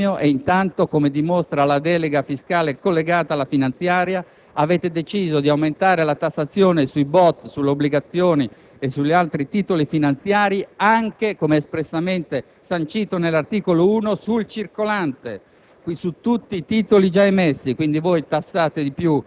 che siete favorevoli alla tutela del risparmio e intanto, come dimostra la delega fiscale collegata alla finanziaria, avete deciso di aumentare la tassazione sui BOT, sulle obbligazioni, sugli altri titoli finanziari e anche, come è espressamente sancito all'articolo 1, sul circolante,